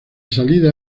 salida